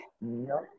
No